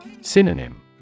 Synonym